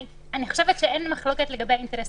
אני חושבת שאין מחלוקת לגבי האינטרס